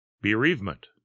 Bereavement